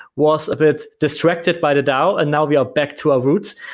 was a bit distracted by the dao, and now we are back to our roots.